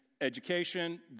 Education